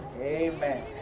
Amen